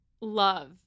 love